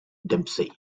dempsey